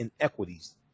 inequities